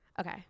Okay